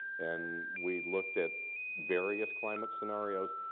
and we looked at various climate scenarios.